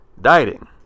dieting